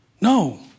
No